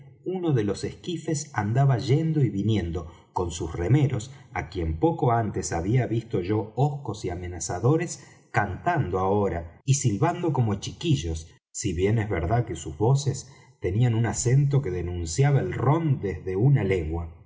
uno de los esquifes andaba yendo y viniendo con sus remeros á quienes poco antes había visto yo hoscos y amenazadores cantando ahora y silbando como chiquillos si bien es verdad que sus voces tenían un acento que denunciaba el rom desde á legua